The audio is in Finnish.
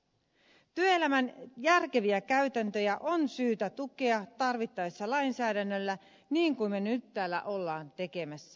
työelämän järkeviä käytäntöjä on syytä tukea tarvittaessa lainsäädännöllä niin kuin me nyt täällä olemme tekemässä